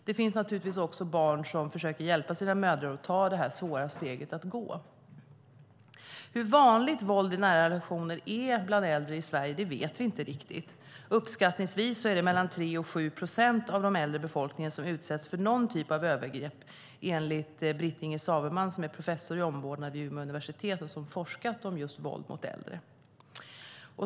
Det finns naturligtvis också barn som försöker hjälpa sina mödrar att ta det här svåra steget. Hur vanligt det är med våld i nära relationer bland äldre i Sverige vet vi inte riktigt. Uppskattningsvis är det mellan 3 och 7 procent i den äldre befolkningen som utsätts för någon typ av övergrepp, enligt Britt-Inger Saveman som är professor i omvårdnad vid Umeå universitet och som forskat om just våld mot äldre.